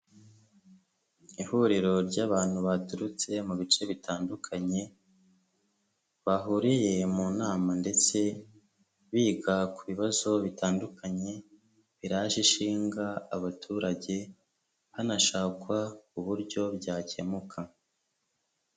Ihuriro ry'abantu baturutse mu bice bitandukanye bahuriye mu nama ndetse biga ku bibazo bitandukanye biraje ishinga abaturage hanashakwa uburyo byakemuka.